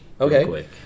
okay